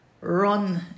run